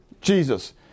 Jesus